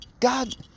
God